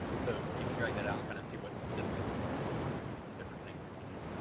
so, you can drag that out and kind of see what distances are between different things if you need.